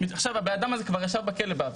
עכשיו הבן אדם הזה כבר ישב בכלא בעבר,